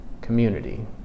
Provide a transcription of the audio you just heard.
community